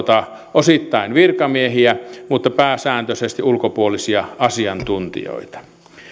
osittain virkamiehiä mutta pääsääntöisesti se olisi ulkopuolisia asiantuntijoita